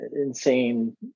insane